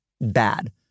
bad